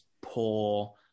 poor